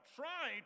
try